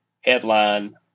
headline